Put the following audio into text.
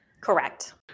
Correct